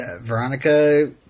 Veronica